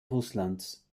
russlands